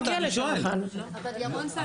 אחרות.